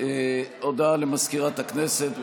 הודעה למזכירת הכנסת.